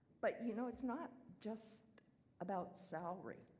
but you know it's not just about salary.